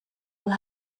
will